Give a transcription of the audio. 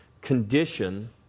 condition